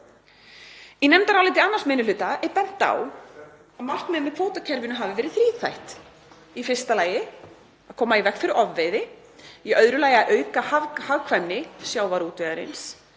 Í nefndaráliti 2. minni hluta er bent á að markmiðið með kvótakerfinu hafi verið þríþætt. Í fyrsta lagi að koma í veg fyrir ofveiði, í öðru lagi að auka hagkvæmni sjávarútvegarins